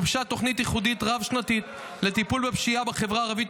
גובשה תוכנית ייחודית רב-שנתית לטיפול בפשיעה בחברה הערבית,